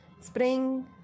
Spring